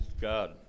God